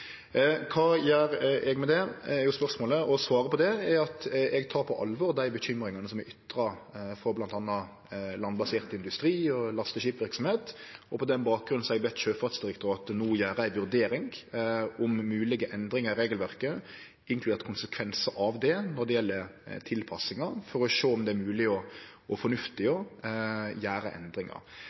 Kva gjer eg med det, er spørsmålet, og svaret på det er at eg tek på alvor dei bekymringane som er ytra frå bl.a. landbasert industri og lasteskipverksemd. På den bakgrunn har eg bedt Sjøfartsdirektoratet no gjere ei vurdering om moglege endringar i regelverket, inkludert konsekvensar av det når det gjeld tilpassingar, for å sjå om det er mogleg og fornuftig å gjere endringar.